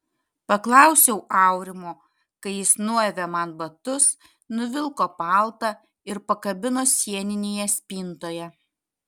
paklausiau aurimo kai jis nuavė man batus nuvilko paltą ir pakabino sieninėje spintoje